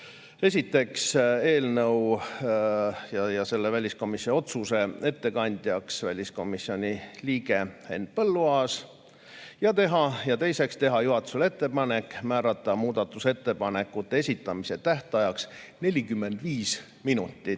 määrata eelnõu ja selle väliskomisjoni otsuse ettekandjaks väliskomisjoni liige Henn Põlluaas, ja teiseks, teha juhatusele ettepanek määrata muudatusettepanekute esitamise tähtajaks 45 minutit